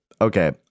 Okay